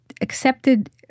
accepted